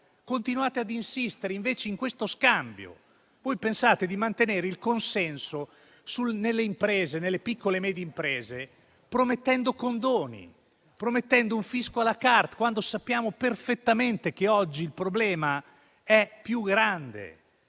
Continuate invece a insistere in questo scambio. Pensate di mantenere il consenso delle piccole e medie imprese promettendo condoni e un fisco *à la carte*, quando sappiamo perfettamente che oggi il problema di fronte